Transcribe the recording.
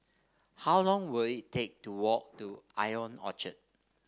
how long will it take to walk to Ion Orchard